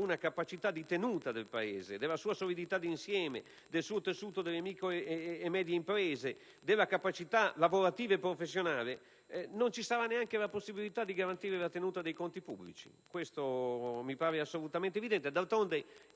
la capacità di tenuta del Paese, della sua solidità di insieme, del suo tessuto delle micro e medie imprese e della capacità lavorativa e professionale. Non sarà neanche possibile garantire la tenuta dei conti pubblici, e questo mi pare assolutamente evidente.